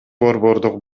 борбордук